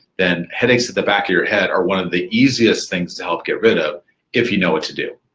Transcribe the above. then, headaches at the back of your head are one of the easiest things to help get rid of if you know what to do.